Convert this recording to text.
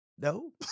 No